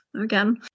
again